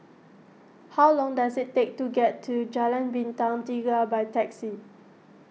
how long does it take to get to Jalan Bintang Tiga by taxi